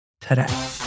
today